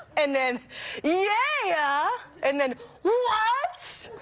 and then yeah! and then what!